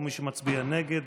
ומי שמצביע נגד